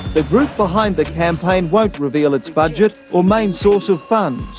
the group behind the campaign won't reveal its budget or main source of funds.